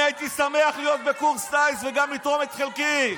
אני הייתי שמח להיות בקורס טיס וגם לתרום את חלקי,